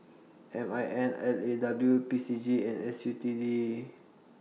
M I N L A W P C G and S U T D